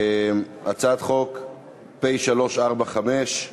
הצעת חוק פ/345,